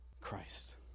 Christ